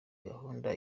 gahunda